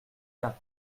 gap